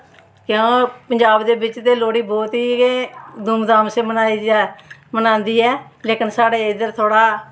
क्यों पंजाब दे बिच्च ते लोह्ड़ी बौह्त ही धूम धाम से मनांदी ऐ लेकिन साढ़े इद्धर थोह्ड़ा